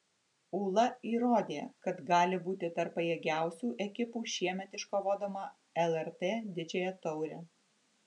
ūla įrodė kad gali būti tarp pajėgiausių ekipų šiemet iškovodama lrt didžiąją taurę